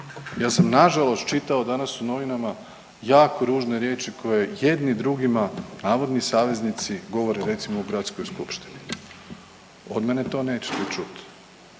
Ja sam nažalost čitao danas u novinama jako ružne riječi koje jedni drugima navodni saveznici govore recimo u gradskoj skupštini, od mene to nećete čut,